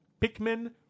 Pikmin